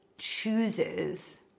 chooses